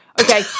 Okay